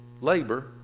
labor